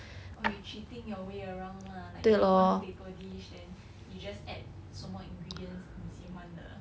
oh you cheating your way around lah like give one staple dish then you just add 什么 ingredients 你喜欢的